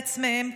להיחלץ מהם,